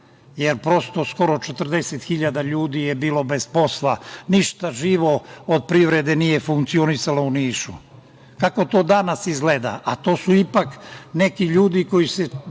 jer prosto, skoro 40.000 ljudi je bilo bez posla, ništa od privrede nije funkcionisalo u Nišu. Kako to danas izgleda? To su ipak neki ljudi koji se